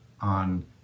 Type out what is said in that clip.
on